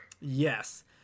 Yes